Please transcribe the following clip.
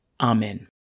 Amen